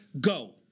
go